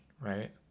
right